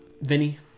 Vinny